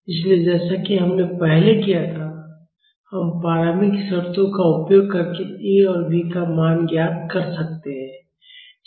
इसलिए जैसा कि हमने पहले किया था हम प्रारंभिक शर्तों का उपयोग करके A और B का मान ज्ञात कर सकते हैं